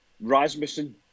Rasmussen